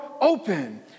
open